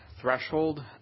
threshold